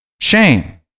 shame